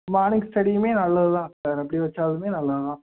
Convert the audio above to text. morning ஸ்டடியுமே நல்லது தான் சார் அப்படி வைச்சாலுமே நல்லது தான்